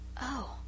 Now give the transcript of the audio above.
Oh